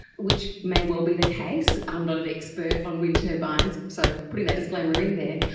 which may well be the case, i'm not an expert on wind turbines, so putting that disclaimer in there,